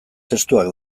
testuak